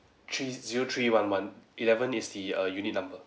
three zero three one one eleven is the err unit number